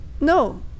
no